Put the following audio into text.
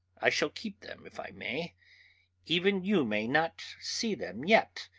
i shall keep them, if i may even you may not see them yet,